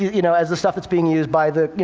you know as the stuff that's being used by the,